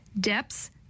Depths